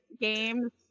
games